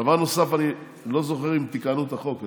דבר נוסף, אני לא זוכר אם תיקנו את החוק.